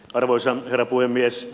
arvoisa herra puhemies